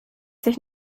sich